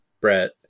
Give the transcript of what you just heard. Brett